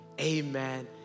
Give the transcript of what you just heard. Amen